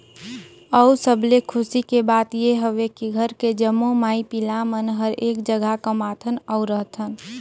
अउ सबले खुसी के बात ये हवे की घर के जम्मो माई पिला मन हर एक जघा कमाथन अउ रहथन